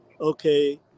okay